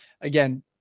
again